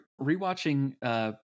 rewatching